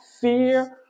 fear